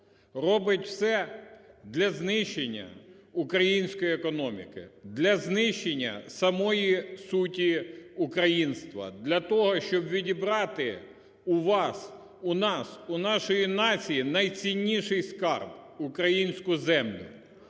робить все для знищення української економіки, для знищення самої суті українства, для того, щоб відібрати у вас, у нас, у нашої нації найцінніший скарб: українську землю.